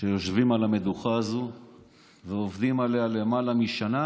שיושבים על המדוכה הזאת ועובדים עליה למעלה משנה,